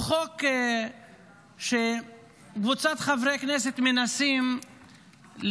הוא חוק שבו קבוצת חברי כנסת מנסים להרוויח